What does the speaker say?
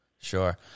Sure